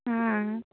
हाँ